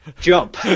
jump